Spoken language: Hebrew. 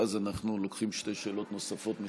ואז אנחנו לוקחים שתי שאלות נוספות משני